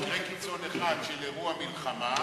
מקרה קיצון אחד של אירוע מלחמה,